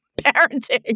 parenting